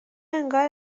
انگار